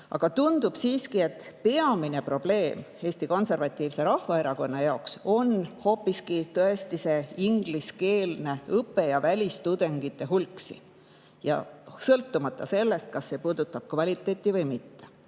tundub siiski, et peamine probleem Eesti Konservatiivse Rahvaerakonna jaoks on tõesti ingliskeelne õpe ja välistudengite hulk siin, ja seda sõltumata sellest, kas see puudutab kvaliteeti või mitte.